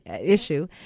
issue